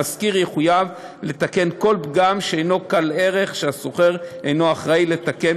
המשכיר יחויב לתקן כל פגם שאינו קל ערך שהשוכר אינו אחראי לתקן,